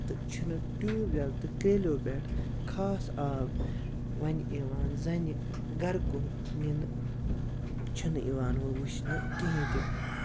تہٕ چھُ نہٕ ٹیوب وٮ۪ل تہٕ کیلیو پٮ۪ٹھ خاص آب وَن یِوان زٔہنہِ گرٕ کُن نِنہٕ چھُنہٕ یِوان وۄں وُچھنہٕ کِہینۍ تہِ